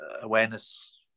awareness